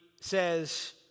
says